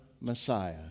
Messiah